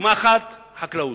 דוגמה אחת, חקלאות.